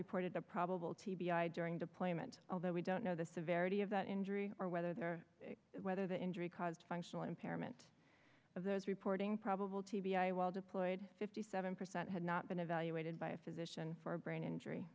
i during deployment although we don't know the severity of that injury or whether there whether the injury caused functional impairment of those reporting probable t b i while deployed fifty seven percent had not been evaluated by a physician for a brain injury